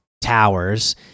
towers